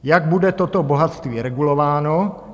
Jak bude toto bohatství regulováno?